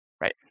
right